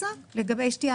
חלב ---".